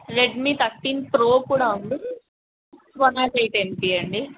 Redmi thirteen pro కూడా ఉంది one nought eight MP అండి